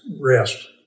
rest